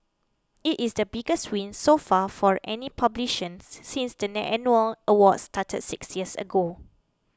it is the biggest win so far for any since the annual awards started six years ago